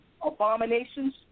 abominations